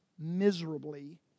miserably